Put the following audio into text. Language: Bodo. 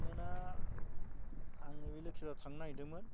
मानोना आं नैबे लोखि बाजाराव थांनो नागिरदोंमोन